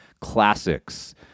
classics